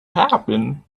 happen